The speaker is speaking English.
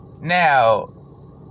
Now